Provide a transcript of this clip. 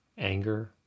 Anger